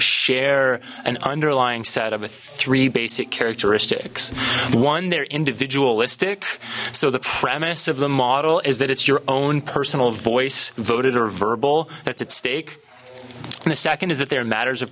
share an underlying set of a three basic characteristics one they're individualistic so the premise of the model is that it's your own personal voice voted or verbal that's at stake the second is that there are matters of